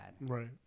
right